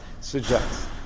suggests